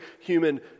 human